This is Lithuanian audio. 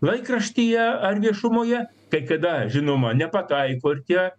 laikraštyje ar viešumoje kai kada žinoma nepataiko ir tie